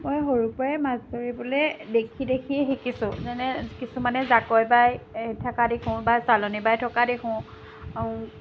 মই সৰুৰপৰাই মাছ ধৰিবলৈ দেখি দেখিয়ে শিকিছোঁ যেনে কিছুমানে জাকৈ বাই এই থকা দেখোঁ বা চালনী বাই থকা দেখোঁ আৰু